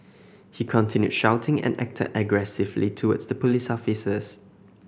he continued shouting and acted aggressively towards the police officers